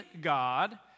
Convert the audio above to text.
God